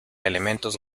elementos